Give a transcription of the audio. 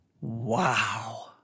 Wow